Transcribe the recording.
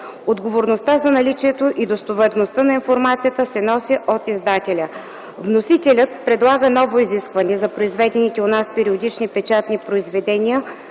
Отговорността за наличието и достоверността на информацията се носи от издателя. Вносителят предлага ново изискване – за произведените у нас периодични печатни произведения